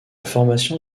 formation